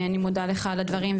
אני מודה לך על הדברים,